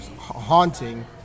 haunting